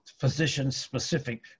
physician-specific